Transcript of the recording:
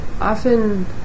often